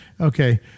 okay